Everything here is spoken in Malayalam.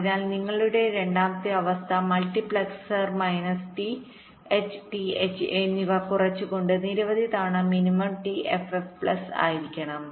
അതിനാൽ നിങ്ങളുടെ രണ്ടാമത്തെ അവസ്ഥ multiplexer minus T H T H എന്നിവ കുറച്ചുകൊണ്ട് നിരവധി തവണ മിനിമം ടി എഫ്എഫ് പ്ലസ് ആയിരിക്കും